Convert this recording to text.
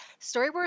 StoryWorth